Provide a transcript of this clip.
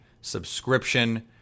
subscription